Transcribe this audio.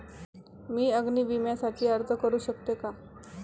मी अग्नी विम्यासाठी अर्ज करू शकते का?